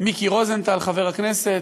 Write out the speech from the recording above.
מיקי רוזנטל, חבר הכנסת,